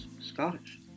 Scottish